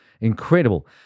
incredible